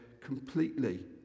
completely